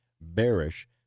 bearish